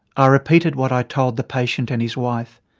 i repeated what i told the patient and his wife.